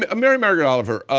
but um mary margaret oliver,